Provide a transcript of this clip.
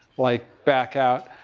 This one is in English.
like back out.